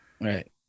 right